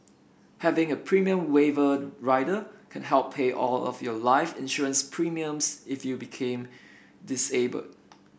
having a premium waiver rider can help pay all of your life insurance premiums if you became disabled